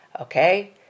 Okay